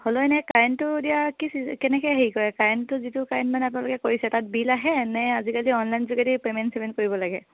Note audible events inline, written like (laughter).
হ'লেও ইনেই কাৰেণ্টটো এতিয়া কি (unintelligible) কেনেকৈ হেৰি কৰে কাৰেণ্টটো যিটো কাৰেণ্ট মানে আপোনোকে কৰিছে তাত বিল আহে নে আজিকালি অনলাইন যোগেদি পে'মেণ্ট চেমেণ্ট কৰিব লাগে